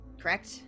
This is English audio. correct